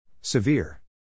Severe